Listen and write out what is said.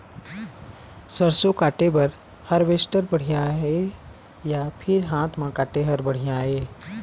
सरसों काटे बर हारवेस्टर बढ़िया हे या फिर हाथ म काटे हर बढ़िया ये?